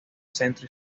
centro